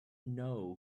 know